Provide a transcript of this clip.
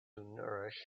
nourish